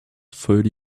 thirty